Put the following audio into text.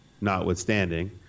notwithstanding